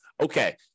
okay